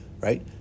right